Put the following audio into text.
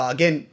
Again